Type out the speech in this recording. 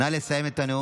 נא לסיים את הנאום.